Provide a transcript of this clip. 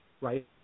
Right